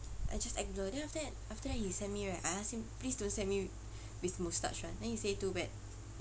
I just act blur then after that after that he will send me right I ask him please don't send me with moustache [one] then he say too bad